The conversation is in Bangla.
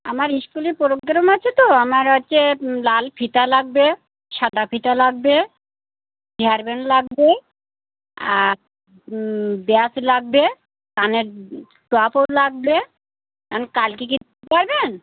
আমার স্কুলে পোগ্রাম আছে তো আমার হচ্ছে লাল ফিতা লাগবে সাদা ফিতা লাগবে হেয়ারব্যান্ড লাগবে আর ব্যাস লাগবে কানের টপও লাগবে কাল কি পাওয়া যান